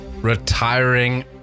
Retiring